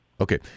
Okay